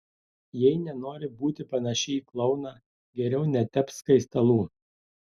jei nenori būti panaši į klouną geriau netepk skaistalų